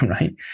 right